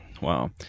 wow